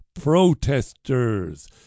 protesters